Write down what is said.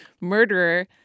murderer